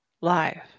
live